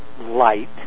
light